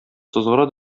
сызгыра